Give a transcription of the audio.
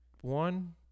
one